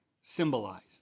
symbolize